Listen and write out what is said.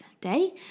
day